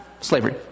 slavery